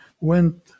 went